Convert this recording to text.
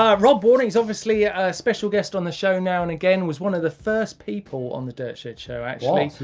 ah rob warner is obviously a special guest on the show now and again was one of the first people on the dirt shed show, actually.